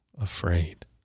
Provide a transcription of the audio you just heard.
afraid